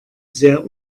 sehr